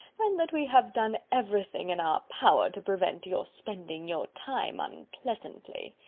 and that we have done everything in our power to prevent your spending your time unpleasantly.